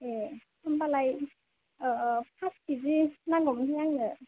ए होमबालाय पास केजिसो नांगौमोनहाय आंनो